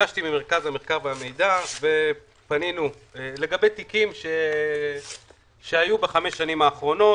ביקשתי ממרכז המחקר והמידע לגבי תיקים שהיו בחמש השנים האחרונות,